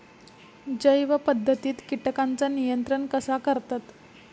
जैव पध्दतीत किटकांचा नियंत्रण कसा करतत?